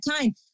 time